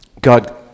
God